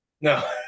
No